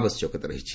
ଆବଶ୍ୟକତା ରହିଛି